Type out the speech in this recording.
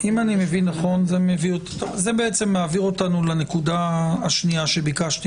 זה בעצם מעביר אותנו לנקודה השנייה שביקשתי